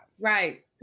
Right